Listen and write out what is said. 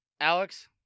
Alex